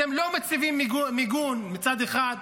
אתם לא מציבים מיגון מצד אחד,